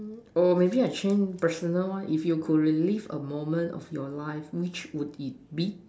oh maybe I change personal one if you could relive a moment of your life which would it be